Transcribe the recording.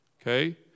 okay